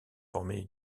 formé